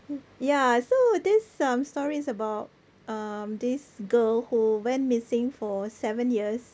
ya so this um story is about um this girl who went missing for seven years